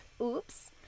Oops